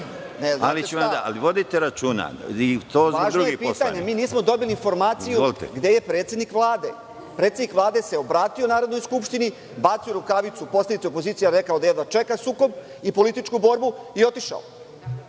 Izvolite. **Jovan Palalić** Nismo dobili informaciju gde je predsednik Vlade? Predsednik Vlade se obratio Narodnoj skupštini, bacio rukavicu, poslanicima opozicije rekao da jedva čeka sukob i političku borbu i otišao.